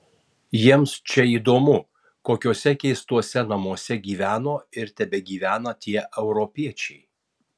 jiems čia įdomu kokiuose keistuose namuose gyveno ir tebegyvena tie europiečiai